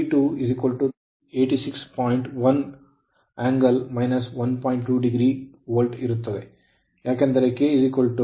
2ಡಿಗ್ರಿ volt ಇರುತ್ತದೆ ಏಕೆಂದರೆ K ಅರ್ಧ12